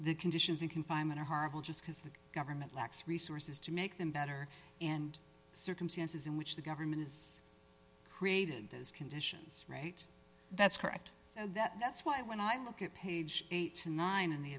the conditions in confinement are horrible just because the government lacks resources to make them better and circumstances in which the government is created those conditions right that's correct that's why when i look at page eight to nine in the